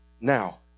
now